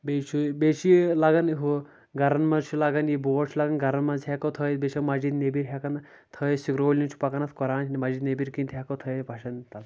بیٚیہِ چھُ بیٚیہِ چھ یہِ لگان ہُہ گرن منٛز چھُ لگان یہِ بورڈ چھُ لگان گرن منٛز ہٮ۪کو تھٲیِتھ بیٚیہِ چھِ مسجِد نٮ۪بِرۍ ہٮ۪کان تھٲیِتھ سکرولںٛگ چھُ پکان اتھ قۄران مسجد نٮ۪بِرۍ کِنۍ تہِ ہٮ۪کو تھٲیِتھ پشن تل